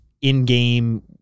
in-game